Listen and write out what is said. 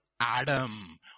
Adam